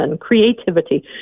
creativity